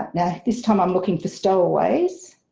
now this time i'm looking for stowaways.